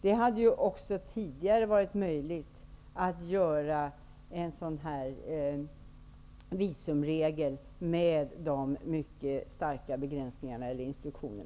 Det hade också tidigare varit möjligt att införa en sådan här visumregel, med dessa mycket starka begränsningar eller instruktioner.